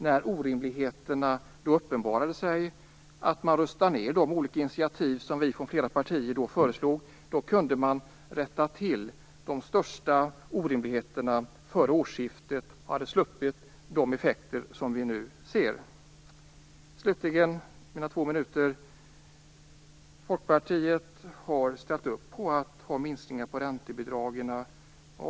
När orimligheterna uppenbarade sig röstade man ned de olika initiativ som kom från flera partier. Då hade man kunnat rätta till de största orimligheterna före årsskiftet och hade sluppit de effekter som vi nu ser. Slutligen vill jag säga att Folkpartiet har ställt upp på minskningar av räntebidragen.